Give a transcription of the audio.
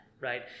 right